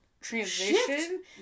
transition